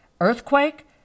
earthquake